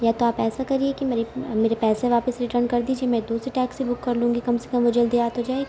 یا تو آپ کریے کہ میری میرے پیسے واپس ریٹرن کر دیجیے میں دوسری ٹیکسی بک کر لوں گی کم سے کم وہ جلدی آ تو جائے گی